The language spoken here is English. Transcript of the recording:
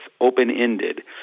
open-ended